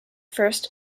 first